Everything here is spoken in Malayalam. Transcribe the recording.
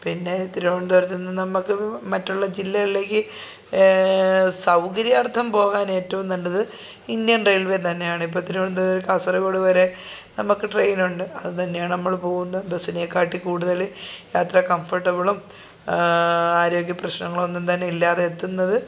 പിന്നെ തിരുവനന്തപുരത്തു നിന്ന് നമ്മൾക്ക് മറ്റുള്ള ജില്ലകളിലേക്ക് സൗകര്യാർത്ഥം പോകാൻ ഏറ്റവും നല്ലത് ഇൻഡ്യൻ റെയിൽവേ തന്നെയാണ് ഇപ്പോൾ തിരുവന്തപുരം കാസർക്കോട് വരെ നമ്മൾക്ക് ട്രെയിനുണ്ട് അത് തന്നെയാണ് നമ്മൾ പോകുന്ന ബസിനേക്കാളും കൂടുതൽ യാത്ര കംഫേർട്ടബ്ളും ആരോഗ്യ പ്രശ്നങ്ങളൊന്നും തന്നെ ഇല്ലാതെ എത്തുന്നത്